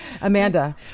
Amanda